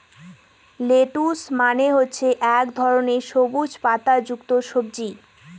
lettuce মানে হচ্ছে এক ধরনের সবুজ পাতা যুক্ত সবজি